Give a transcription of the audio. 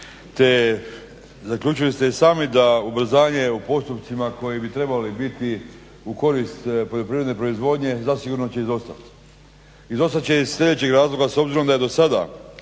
te zaključili ste i sami da ubrzanje u postupcima koji bi trebali biti u korist poljoprivredne proizvodnje zasigurno će izostat. Izostat će iz slijedećih razloga, s obzirom da je do sada